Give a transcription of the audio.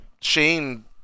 Shane